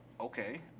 Okay